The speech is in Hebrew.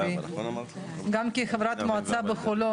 גם כחברת מועצה בחולון,